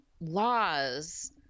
laws